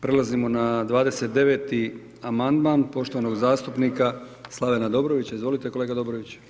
Prelazimo na 29. amandman poštovanog zastupnika Slavena Dobrovića, izvolite kolega Dobrović.